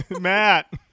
Matt